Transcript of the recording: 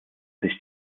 sich